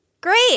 Great